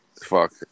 fuck